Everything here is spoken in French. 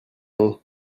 non